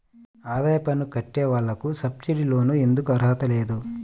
ఆదాయ పన్ను కట్టే వాళ్లకు సబ్సిడీ లోన్ ఎందుకు అర్హత లేదు?